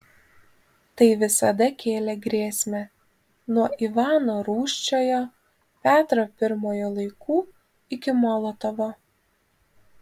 tai visada kėlė grėsmę nuo ivano rūsčiojo petro pirmojo laikų iki molotovo